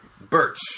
Birch